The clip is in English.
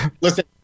Listen